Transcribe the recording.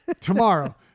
Tomorrow